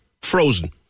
frozen